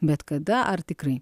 bet kada ar tikrai